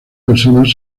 personas